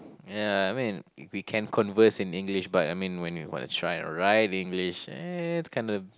ya I mean we can converse in English but I mean when we wanna try and write English eh it's kinda